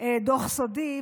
דוח סודי,